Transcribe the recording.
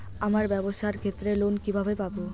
আমার ব্যবসার ক্ষেত্রে লোন কিভাবে পাব?